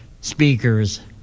speakers